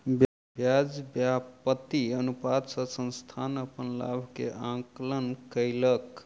ब्याज व्याप्ति अनुपात से संस्थान अपन लाभ के आंकलन कयलक